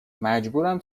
مجبورم